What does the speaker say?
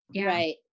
Right